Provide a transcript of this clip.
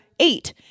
eight